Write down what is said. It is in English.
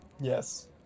Yes